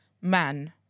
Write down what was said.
man